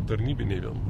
tarnybiniai vien